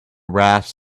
rasp